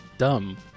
dumb